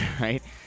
right